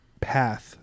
path